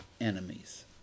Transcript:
enemies